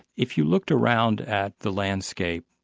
if you looked around at the landscape,